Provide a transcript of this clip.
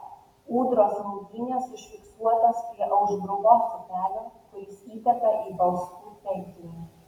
ūdros maudynės užfiksuotos prie aušbruvos upelio kuris įteka į balskų tvenkinį